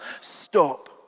stop